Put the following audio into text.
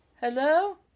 Hello